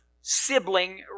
sibling